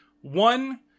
one